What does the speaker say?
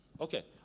Okay